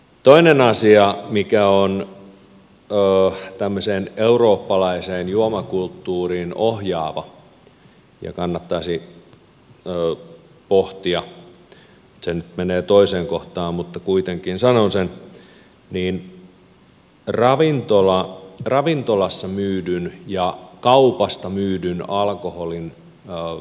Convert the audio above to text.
toinen asia mikä on tämmöiseen eurooppalaiseen juomakulttuuriin ohjaava ja mitä kannattaisi pohtia se nyt menee toiseen kohtaan mutta kuitenkin sanon sen on se että ravintolassa myydyn ja kaupasta myydyn alkoholin veroprosentti voisi olla eri